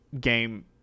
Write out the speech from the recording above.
game